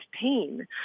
pain